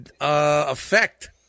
effect